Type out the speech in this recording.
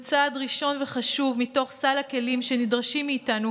זהו צעד ראשון וחשוב מתוך סל הכלים שנדרשים מאיתנו